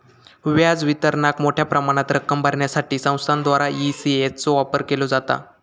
व्याज वितरणाक मोठ्या प्रमाणात रक्कम भरण्यासाठी संस्थांद्वारा ई.सी.एस चो वापर केलो जाता